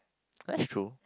that's true